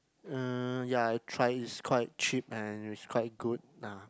uh ya I try is quite cheap and is quite good ah